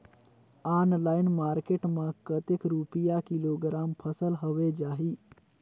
Online market मां कतेक रुपिया किलोग्राम फसल हवे जाही?